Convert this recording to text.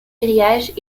grillage